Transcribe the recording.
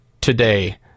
today